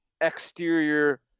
exterior